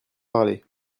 parler